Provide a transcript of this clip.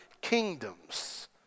kingdoms